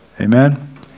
Amen